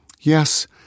Yes